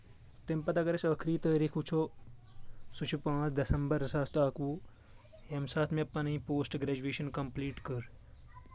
تمہِ پتہٕ اگر أسۍ ٲخری تٲریٖخ وٕچھو سُہ چھُ پانٛژھ دسمبر زٕ ساس تہٕ اکوُہ ییٚمہِ ساتہٕ مےٚ پنٕنۍ پوسٹ گریجویشن کمپلیٖٹ کٔر